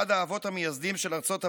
אחד האבות המייסדים של ארצות הברית,